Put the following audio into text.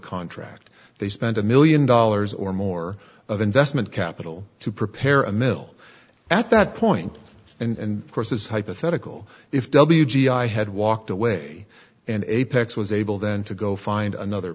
contract they spent a million dollars or more of investment capital to prepare a mill at that point and course is hypothetical if w g i had walked away and apex was able then to go find another